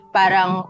parang